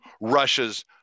Russia's